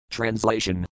Translation